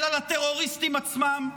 אלא לטרוריסטים עצמם?